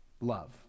Love